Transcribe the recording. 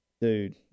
Dude